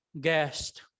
guest